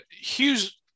Hughes